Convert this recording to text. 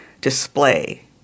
display